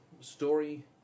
story